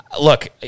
look